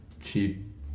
cheap